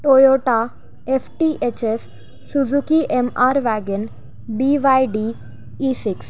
Toyota F T H S Suzuki M R wagon B Y D E six